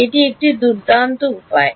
এটি একটি দুর্দান্ত উপায়